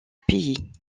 pays